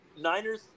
Niners